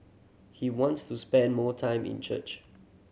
he wants to spend more time in church